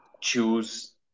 choose